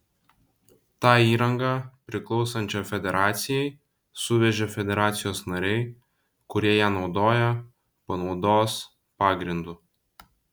tą įrangą priklausančią federacijai suvežė federacijos nariai kurie ją naudoja panaudos pagrindu